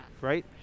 Right